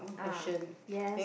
ah yes